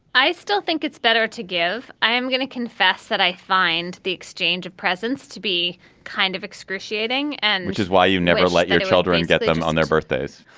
i still think it's better to give. i'm gonna confess that i find the exchange of presents to be kind of excruciating and which is why you've never let your children get them on their birthdays